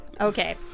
Okay